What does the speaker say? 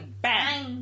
Bang